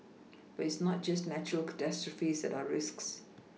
but it's not just natural catastrophes that are risks